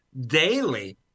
daily